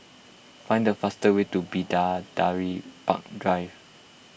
find the fastest way to Bidadari Park Drive